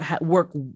work